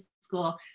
school